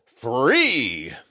free